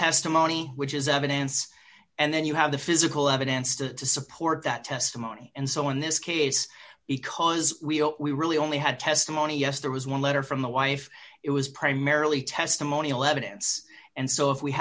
testimony which is evidence and then you have the physical evidence to support that testimony and so in this case because we don't we really only had testimony yes there was one letter from the wife it was primarily testimonial evidence and so if we